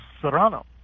Serrano